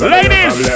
Ladies